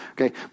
Okay